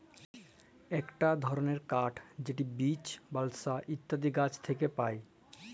ইকট ধরলের কাঠ যেট বীচ, বালসা ইত্যাদি গাহাচ থ্যাকে পায়